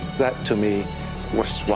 that to me was,